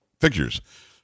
figures